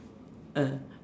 ah